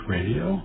Radio